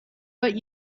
but